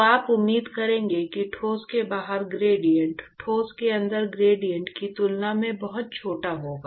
तो आप उम्मीद करेंगे कि ठोस के बाहर ग्रेडिएंट ठोस के अंदर ग्रेडिएंट की तुलना में बहुत छोटा होगा